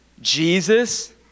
Jesus